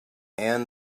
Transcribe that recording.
and